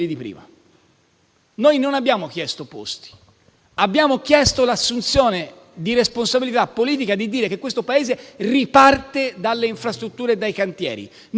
Noi non abbiamo chiesto posti, ma abbiamo chiesto l'assunzione della responsabilità politica di dire che questo Paese riparte dalle infrastrutture e dai cantieri,